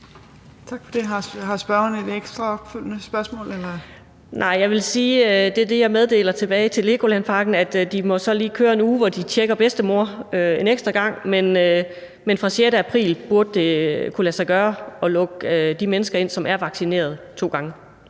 Har spørgeren et ekstra spørgsmål? Kl. 15:19 Anni Matthiesen (V): Nej, jeg vil sige, at det er det, jeg melder tilbage til LEGOLAND Parken: at de lige må køre med en uge, hvor de tjekker bedstemor en ekstra gang, men at det fra den 6. april burde kunne lade sig gøre at lukke de mennesker ind, som er vaccineret to gange,